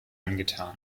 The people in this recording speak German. angetan